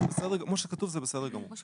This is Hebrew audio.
לא, כמו שכתוב זה בסדר גמור.